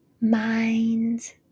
mind